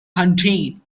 contain